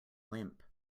limp